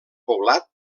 poblat